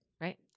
right